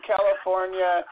California